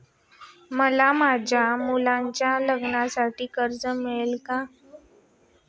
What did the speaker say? मला माझ्या मुलाच्या लग्नासाठी कर्ज मिळेल का?